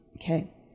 Okay